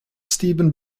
steven